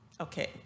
okay